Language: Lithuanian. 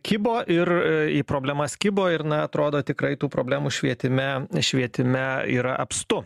kibo ir į problemas kibo ir na atrodo tikrai tų problemų švietime švietime yra apstu